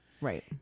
Right